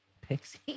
Pixie